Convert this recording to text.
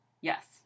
Yes